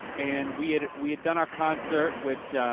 and we had we had done our concert which,